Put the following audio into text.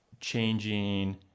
changing